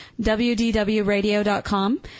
wdwradio.com